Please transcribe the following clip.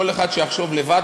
כל אחד שיחשוב לבד,